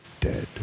dead